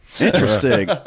Interesting